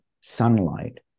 sunlight